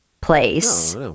place